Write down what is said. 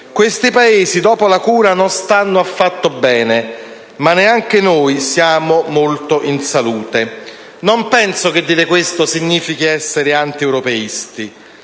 Questi Paesi, dopo la cura, non stanno affatto bene; ma neanche noi siamo molto in salute. Non penso che dire questo significhi essere antieuropeisti.